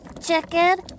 Chicken